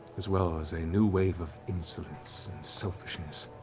as well as a new wave of insolence and selfishness.